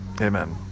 Amen